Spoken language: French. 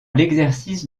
l’exercice